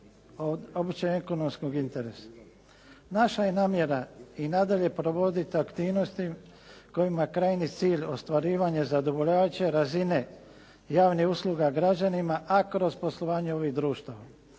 od opće ekonomskog interesa. Naša je namjera i nadalje provoditi aktivnosti kojima je krajnji cilj ostvarivanje zadovoljavajuće razine javnih usluga građanima, a kroz poslovanje ovih društava.